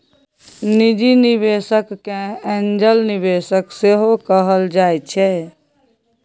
निजी निबेशक केँ एंजल निबेशक सेहो कहल जाइ छै